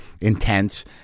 intense